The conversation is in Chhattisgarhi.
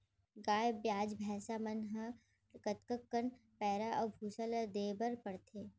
गाय ब्याज भैसा मन ल कतका कन पैरा अऊ भूसा ल देये बर पढ़थे?